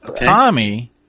Tommy